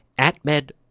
AtMed